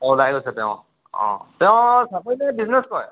ওলাই গৈছে তেওঁ অঁ তেওঁ চাকৰি নে বিজনেছ কৰে